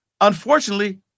unfortunately